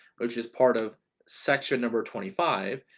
which is part of section number twenty five.